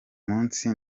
munsi